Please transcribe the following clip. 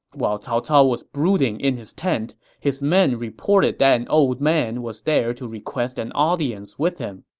while cao cao was brooding in his tent, his men reported that an old man was there to request an audience with him.